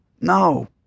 No